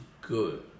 good